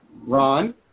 Ron